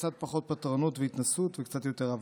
קצת פחות פטרונות והתנשאות וקצת יותר הבנה.